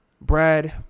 Brad